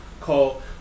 called